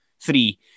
three